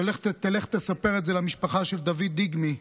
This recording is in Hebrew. שתלך ותספר את זה למשפחה של דודי דגמי,